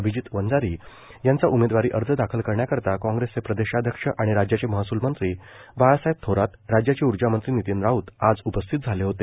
अभिजित वंजारी यांचा उमेदवारी अर्ज दाखल करण्याकरता काँग्रेसचे प्रदेशाध्यक्ष आणि राज्याचे महसूल मंत्री बाळासाहेब थोरात राज्याचे ऊर्जामंत्री नितीन राऊत आज उपस्थित झाले होते